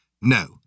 no